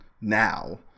now